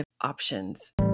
options